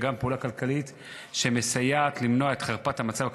אלא גם פעולה כלכלית שמסייעת למנוע את חרפת המצב הכלכלי.